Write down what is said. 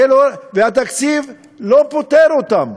והתקציב לא פותר אותן,